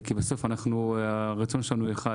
כי בסוף הרצון שלנו אחד: